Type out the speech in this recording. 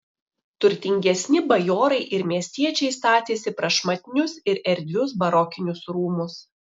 turtingesni bajorai ir miestiečiai statėsi prašmatnius ir erdvius barokinius rūmus